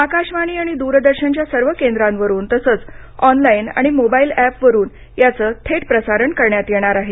आकाशवाणी आणि द्रदर्शनच्या सर्व केंद्रावरून तसंच ऑनलाईन आणि मोबाईल एपवरून याचं थेट प्रसारण करण्यात येणार आहे